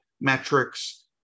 metrics